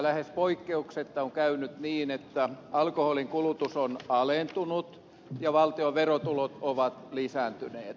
lähes poikkeuksetta on käynyt niin että alkoholinkulutus on alentunut ja valtion verotulot ovat lisääntyneet